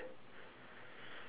okay